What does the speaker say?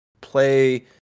play